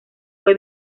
fue